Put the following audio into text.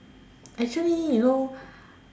actually you know